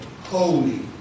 holy